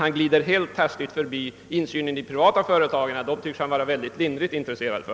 Däremot glider han helt hastigt förbi frågan om insyn i privata företag. Den tycks han vara synnerligen lindrigt intresserad av.